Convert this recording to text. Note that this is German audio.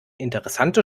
interessante